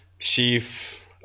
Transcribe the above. Chief